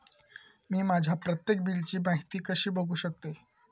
मी माझ्या प्रत्येक बिलची माहिती कशी बघू शकतय?